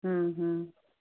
हूँ हूँ